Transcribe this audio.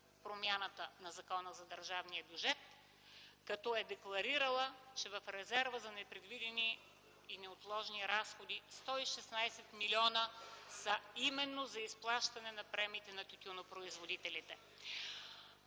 промяната на Закона за държавния бюджет, като е декларирала, че в резерва за „Непредвидени и неотложни разходи” 116 милиона са именно за изплащане на премиите на тютюнопроизводителите.